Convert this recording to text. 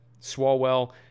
Swalwell